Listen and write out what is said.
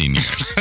years